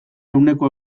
ehuneko